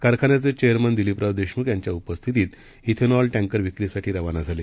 कारखान्याचेचेअरमनदिलीपरावदेशमुखयांच्याउपस्थितीत श्वेनॉलटँकरविक्रीसाठीरवानाझाले